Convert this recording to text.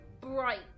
bright